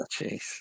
jeez